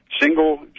single